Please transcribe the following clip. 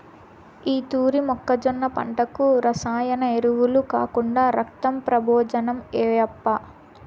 ఈ తూరి మొక్కజొన్న పంటకు రసాయన ఎరువులు కాకుండా రక్తం ప్రబోజనం ఏయప్పా